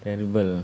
terrible